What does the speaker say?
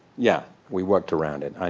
yeah. we worked around it. and